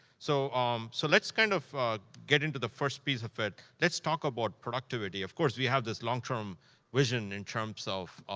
so um so let's kind of get into the first piece of it. let's talk about productivity. of course, we have this long-term vision in terms of